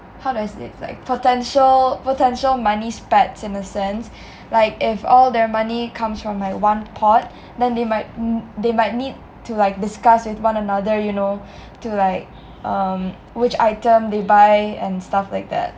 how does I say like potential potential money spats in the sense like if all their money comes from like one pot then they might they might need to like discuss with one another you know to like um which item they buy and stuff like that